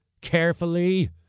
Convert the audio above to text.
carefully